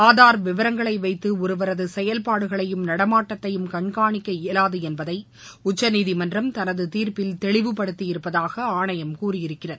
ஆதார் விவரங்களை வைத்து ஒருவரது செயல்பாடுகளையும் நடமாட்டத்தையும் கண்காணிக்க இயலாது என்பதை உச்சநீதிமன்றம் தனது தீர்ப்பில் தெளிவுபடுத்தியிருப்பதாக ஆணையம் கூறியிருக்கிறது